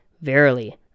Verily